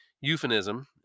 euphemism